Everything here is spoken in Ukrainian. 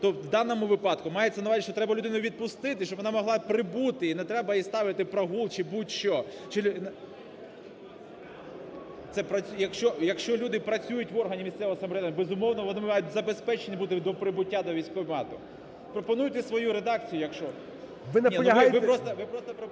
В даному випадку мається на увазі, що треба людину відпустити, щоб вона могла прибути, і не треба їй ставити прогул чи будь-що. Якщо люди працюють в органі місцевого самоврядування, безумовно, вони мають бути забезпечені прибуття до військкомату. Пропонуйте свою редакцію, якщо… ГОЛОВУЮЧИЙ. Ви наполягаєте?